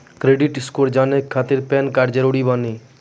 Credit score जाने के खातिर पैन कार्ड जरूरी बानी?